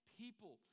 people